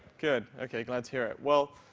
good. ok glad to hear it. well,